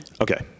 Okay